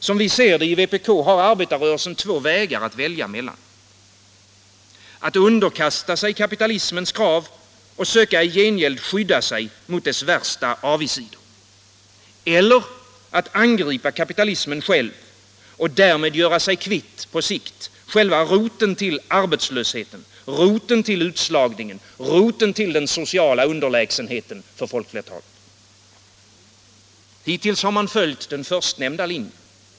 Som vi ser det har arbetarrörelsen två vägar att välja mellan: att underkasta sig kapitalismens krav och i gengäld söka skydda sig mot dess värsta avigsidor, eller att angripa kapitalismen själv och därmed på sikt göra sig kvitt själva roten till arbetslösheten, utslagningen och den sociala underlägsenheten för folkflertalet. Hittills har man följt den förstnämnda linjen.